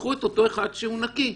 ייקחו את אותו אחד שהוא נקי.